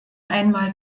einmal